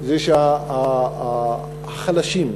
זה שהחלשים,